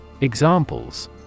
Examples